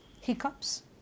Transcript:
hiccups